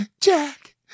Jack